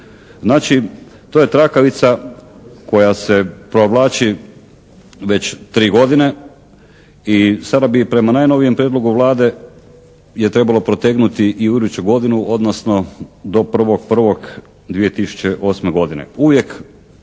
Znači to je trakavica koja se provlači već 3 godine i sada bi prema najnovijem prijedlogu Vlade je trebalo protegnuti i u iduću godinu, odnosno do 1.1.2008. godine. Uvijek